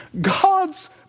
God's